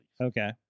okay